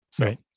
right